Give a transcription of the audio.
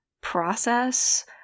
process